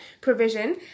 provision